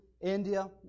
India